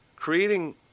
creating